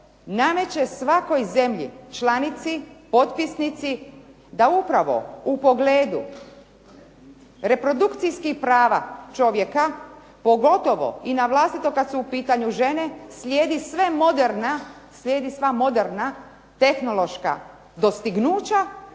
nameće svakoj zemlji članici potpisnici, da upravo u pogledu reprodukcijskih prava čovjeka, pogotovo i na vlastiti kada su u pitanju žene slijedi sva moderna tehnološka dostignuća